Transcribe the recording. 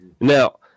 Now